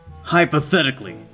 Hypothetically